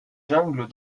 jungle